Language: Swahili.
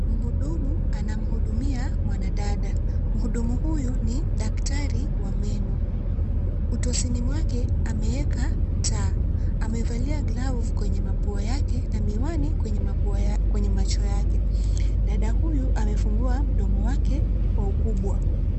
Mhudumu anamuhudumia mwanadada. Mhudumu huyu ni daktari wa meno. Utosini mwake ameeka taa. Amevalia glavu kwenye mapua yake na miwani kwenye macho yake. Dada huyu amefungua mdomo wake kwa ukubwa.